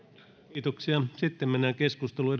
kiitoksia sitten mennään keskusteluun